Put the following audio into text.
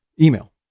Email